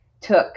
took